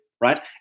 right